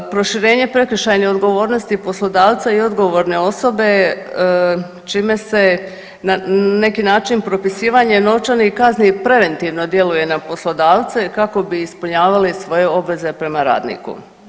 Proširenje prekršajne odgovornosti poslodavca i odgovorne osobe čime se na neki način propisivanje novčanih kazni preventivno djeluje na poslodavce kako bi ispunjavali svoje obveze prema radniku.